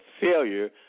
failure